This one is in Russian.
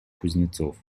кузнецов